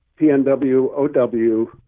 PNWOW